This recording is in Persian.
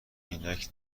عینک